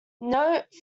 note